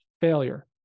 failure